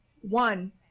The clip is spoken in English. One